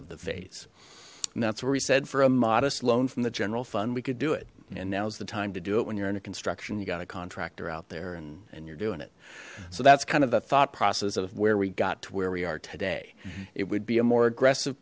of the vase and that's where we said for a modest loan from the general fund we could do it and now's the time to do it when you're in a construction you got a contractor out there and you're doing it so that's kind of the thought process of where we got to where we are today it would be a more aggressive